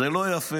זה לא יפה,